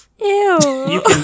Ew